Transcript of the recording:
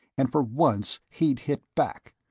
and for once he'd hit back!